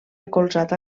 recolzat